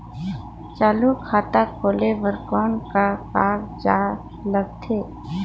चालू खाता खोले बर कौन का कागजात लगथे?